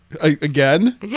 Again